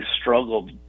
struggled